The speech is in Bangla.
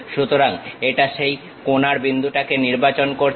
সুতরাং এটা সেই কোনার বিন্দুটাকে নির্বাচন করেছে